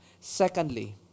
secondly